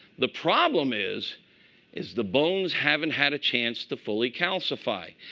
the problem is is the bones haven't had a chance to fully calcify.